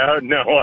no